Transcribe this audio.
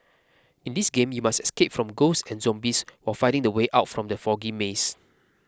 in this game you must escape from ghosts and zombies while finding the way out from the foggy maze